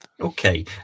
Okay